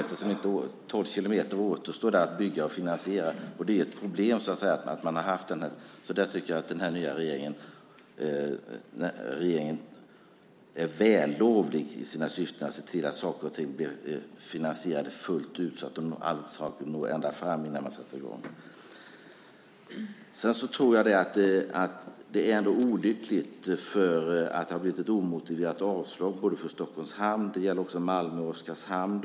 Tolv kilometer återstår att bygga och finansiera. Det är ett problem. Jag tycker att den nya regeringen är vällovlig i sina syften att se till att saker och ting blir finansierade fullt ut så att de kan nå ända fram innan man sätter i gång. Det är ändå olyckligt att det har blivit ett omotiverat avslag för Stockholms hamn. Det gäller också Malmö och Oskarshamn.